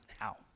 now